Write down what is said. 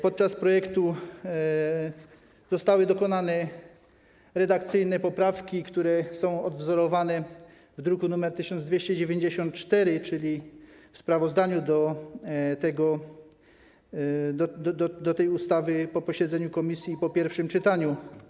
Podczas prac nad projektem zostały dokonane redakcyjne poprawki, które są odwzorowane w druku nr 1294, czyli w sprawozdaniu dotyczących tej ustawy po posiedzeniu komisji, po pierwszym czytaniu.